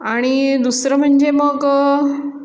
आणि दुसरं म्हणजे मग